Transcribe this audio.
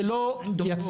זה לא יצליח.